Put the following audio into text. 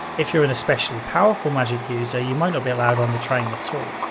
if you're an especially powerful magick user, you might not be allowed on the train at so all.